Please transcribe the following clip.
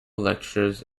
lectures